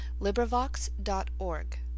LibriVox.org